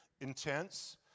intense